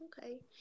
okay